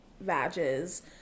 badges